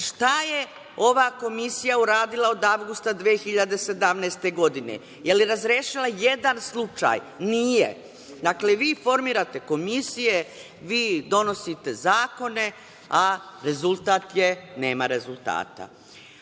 Šta je ova komisija uradila od avgusta 2017. godine? Jel razrešila jedan slučaj? Nije. Dakle, vi formirate komisije, donosite zakone, a rezultat nema.